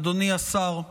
אדוני השר,